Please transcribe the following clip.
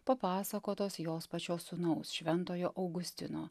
papasakotos jos pačios sūnaus šventojo augustino